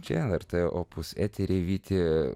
čia lrt opus etery vyti